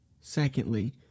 Secondly